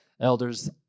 elders